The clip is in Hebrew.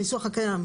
הניסוח הקיים?